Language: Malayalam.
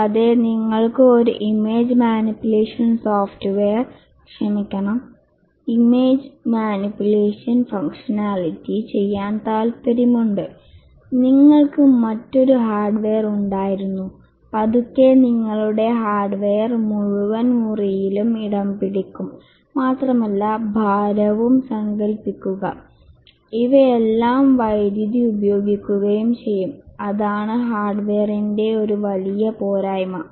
കൂടാതെ നിങ്ങൾക്ക് ഒരു ഇമേജ് മാനിപുലേഷൻ സോഫ്റ്റ്വെയർ ക്ഷമിക്കണം ഇമേജ് മാനിപുലേഷൻ ഫംഗ്ഷണാലിറ്റി ചെയ്യാൻ താൽപ്പര്യമുണ്ട് നിങ്ങൾക്ക് മറ്റൊരു ഹാർഡ്വെയർ ഉണ്ടായിരുന്നു പതുക്കെ നിങ്ങളുടെ ഹാർഡ്വെയർ മുഴുവൻ മുറിയിലും ഇടം പിടിക്കും മാത്രമല്ല ഭാരവും സങ്കൽപ്പിക്കുക ഇവയെല്ലാം വൈദ്യുതി ഉപഭോഗിക്കുകയും ചെയ്യും അതാണ് ഹാർഡ്വെയറിന്റെ ഒരു വലിയ പോരായ്മ